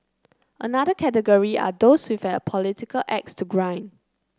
another category are those with a political axe to grind